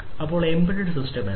അപ്പോൾ embedded systems എന്താണ്